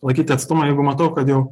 laikyti atstumą jeigu matau kad jau